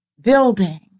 building